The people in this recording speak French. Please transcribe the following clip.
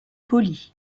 pauli